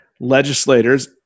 legislators